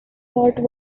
sort